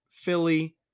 Philly